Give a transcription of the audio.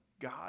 God